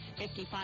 55